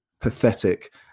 pathetic